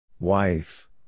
Wife